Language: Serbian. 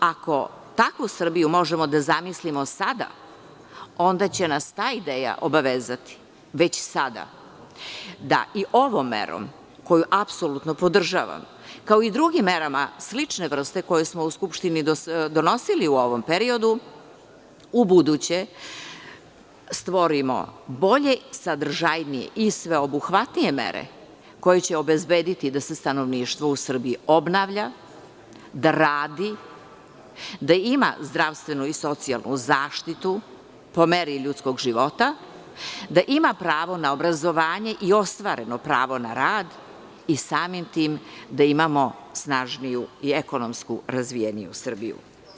Ako takvu Srbiju možemo da zamislimo sada, onda će nas ta ideja obavezati već sada da i ovom merom koju apsolutno podržavam, kao i drugim merama slične vrste koje smo u Skupštini donosili u ovom periodu, ubuduće stvorimo bolje, sadržajnije i sveobuhvatnije mere koje će obezbediti da se stanovništvo u Srbiji obnavlja, da radi, da ima zdravstvenu i socijalnu zaštitu po meri ljudskog života, da ima pravo na obrazovanje i ostvareno pravo na rad i samim tim da imamo snažniju i ekonomski razvijeniju Srbiju.